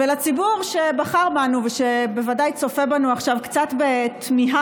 ולציבור שבחר בנו ושבוודאי צופה בנו עכשיו קצת בתמיהה,